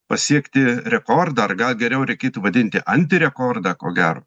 pasiekti rekordą ar gal geriau reikėtų vadinti antirekordą ko gero